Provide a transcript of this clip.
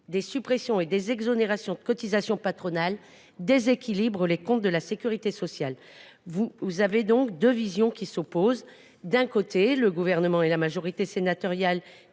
des suppressions et des exonérations de cotisations patronales déséquilibrent les comptes de la sécurité sociale. Il y a bien deux visions qui s’opposent : d’un côté, le Gouvernement et la majorité sénatoriale